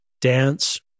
dance